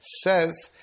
says